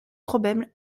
problème